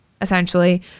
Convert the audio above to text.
essentially